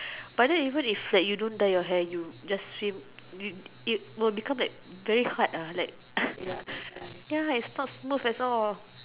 but then even if like you don't dye your hair you just swim you it will become like very hard ah like ya it's not smooth at all